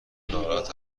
ناراحت